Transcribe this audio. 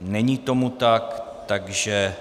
Není tomu tak, takže